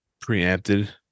preempted